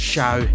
show